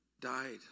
died